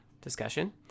discussion